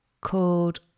called